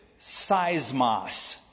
Seismos